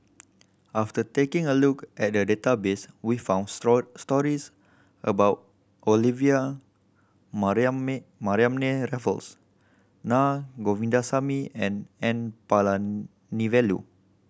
after taking a look at the database we found stories about Olivia Mariamne Raffles Naa Govindasamy and N Palanivelu